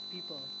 people